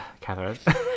Catherine